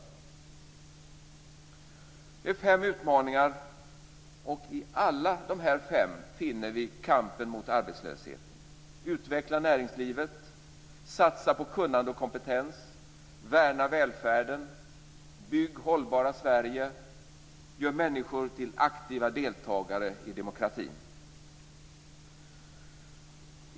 Det rör sig om fem utmaningar och i alla dessa finner vi kampen mot arbetslösheten, arbetet för en utveckling av näringslivet, för en satsning på kunnande och kompetens, för värnande om välfärden, för byggande av ett hållbart Sverige samt för att göra människor till aktiva deltagare i demokratin.